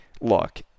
look